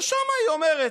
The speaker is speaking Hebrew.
ושם היא אומרת: